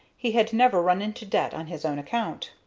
he had never run into debt on his own account.